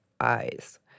eyes